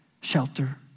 shelter